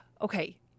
Okay